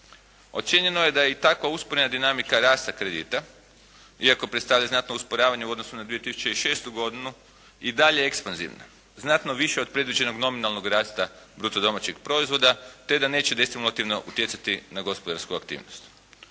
Ocijenjeno je da je i takva usporena dinamika rasta kredita, iako predstavlja znatno usporavanje u odnosu na 2006. godinu i dalje ekspanzivna, znatno viša od predviđenog nominalnog rasta bruto domaćeg proizvoda te da neće destimulativno utjecati na gospodarsku aktivnost.